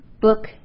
book